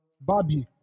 Barbie